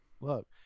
Look